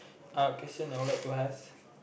uh question I'll like to ask